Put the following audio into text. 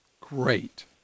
Great